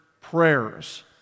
prayers